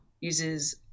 uses